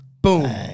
boom